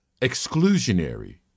exclusionary